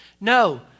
no